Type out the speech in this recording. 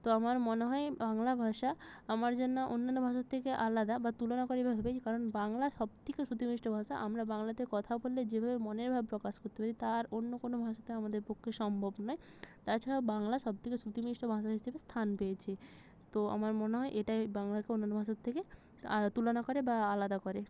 তো আমার মনে হয় বাংলা ভাষা আমার জন্য অন্যান্য ভাষার থেকে আলাদা বা তুলনাকরী ভাবেই কারণ বাংলা সবথেকে শুতি মিষ্ট ভাষা আমরা বাংলাতে কথা বলে যেভাবে মনের ভাব প্রকাশ করতে পারি তা আর অন্য কোনো ভাষাতে আমাদের পক্ষে সম্ভব নয় তাছাড়াও বাংলা সবথেকে শুতি মিষ্ট ভাষা হিসেবে স্থান পেয়েছে তো আমার মনে হয় এটাই বাংলাকে অন্যান্য ভাষার থেকে তুলনা করে বা আলাদা করে